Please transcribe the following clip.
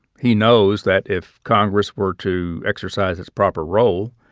he knows that if congress were to exercise its proper role,